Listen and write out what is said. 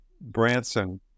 Branson